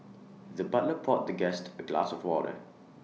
the butler poured the guest A glass of water